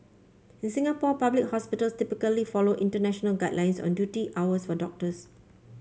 in Singapore public hospital typically follow international guidelines on duty hours for doctors